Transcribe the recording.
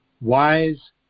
wise